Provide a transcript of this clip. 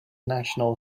national